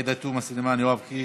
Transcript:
עאידה תומא סלימאן, יואב קיש,